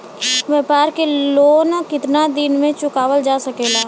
व्यापार के लोन कितना दिन मे चुकावल जा सकेला?